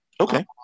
Okay